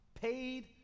paid